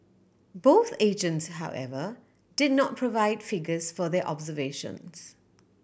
both agents however did not provide figures for their observations